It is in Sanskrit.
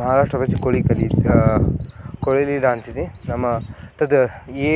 महाराष्ट्रप्रदेशे कोळिकली कोळिलि डान्स् इति नाम तत् ये